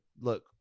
look